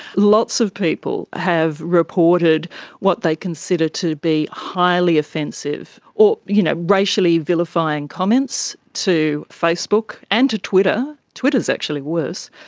lots of people have reported what they consider to be highly offensive or you know racially vilifying comments to facebook and to twitter. twitter actually worse,